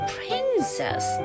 Princess